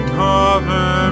cover